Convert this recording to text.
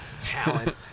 talent